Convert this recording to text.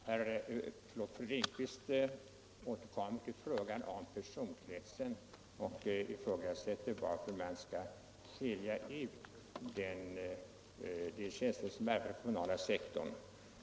Herr talman! Fru Lindquist återkom till frågan om personkretsen och frågade varför man skall skilja ut de tjänstemän som verkar på den kommunala sektorn.